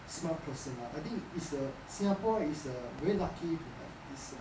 smart person lah I think is uh singapore is err very lucky to have this err